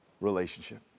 relationship